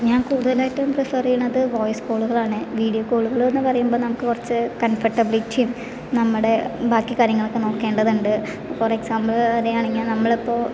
ഞാൻ കൂടുതലായിട്ടും പ്രിഫർ ചെയ്യണത് വോയിസ് കോളുകളാണ് വീഡിയോ കോളുകൾ എന്ന് പറയുമ്പോൾ നമുക്ക് കുറച്ച് കംഫർട്ടബിലിറ്റിയും നമ്മുടെ ബാക്കി കാര്യങ്ങളൊക്കെ നോക്കേണ്ടതുണ്ട് ഫോർ എക്സാമ്പിൾ പറയുകയാണെങ്കിൽ നമ്മളിപ്പോൾ